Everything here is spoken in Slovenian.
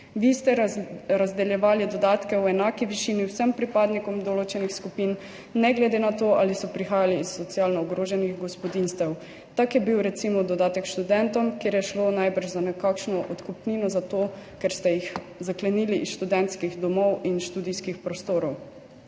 Vi ste razdeljevali dodatke v enaki višini vsem pripadnikom določenih skupin, ne glede na to, ali so prihajali iz socialno ogroženih gospodinjstev. Tak je bil recimo dodatek študentom, kjer je šlo najbrž za nekakšno odkupnino za to, ker ste jih zaklenili iz študentskih domov in študijskih prostorov.